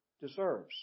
deserves